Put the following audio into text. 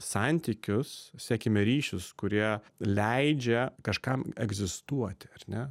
santykius sekime ryšius kurie leidžia kažkam egzistuoti ar ne